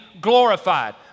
glorified